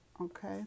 Okay